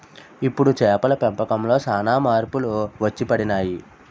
ఇప్పుడు చేపల పెంపకంలో సాన మార్పులు వచ్చిపడినాయి